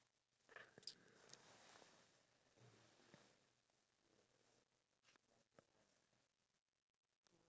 or any individual out there do you think they actually realise that they are taking advantage of that person or do you think that they don't realise it